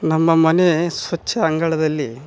ನಮ್ಮ ಮನೆ ಸ್ವಚ್ಛ ಅಂಗಳದಲ್ಲಿ